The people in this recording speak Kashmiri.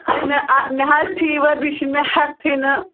مےٚ مےٚ حظ چھُ فِوَر بیٚیہِ چھُ مےٚ ہیٚکتھٕے نہٕ